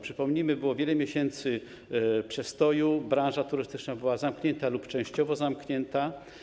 Przypomnijmy, że było wiele miesięcy przestoju, branża turystyczna była zamknięta lub częściowo zamknięta.